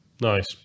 Nice